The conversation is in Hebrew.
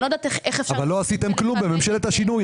אני לא יודעת איך אפשר --- אבל לא עשיתם כלום בממשלת השינוי,